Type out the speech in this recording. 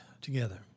together